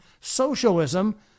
socialism